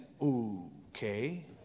okay